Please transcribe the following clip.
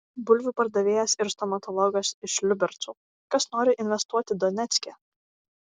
bulvių pardavėjas ir stomatologas iš liubercų kas nori investuoti donecke